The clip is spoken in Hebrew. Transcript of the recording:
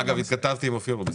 אגב, התכתבתי עם אופיר והוא בסדר.